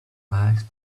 asked